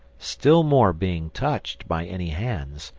still more being touched by any hands,